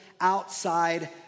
outside